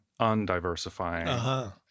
undiversifying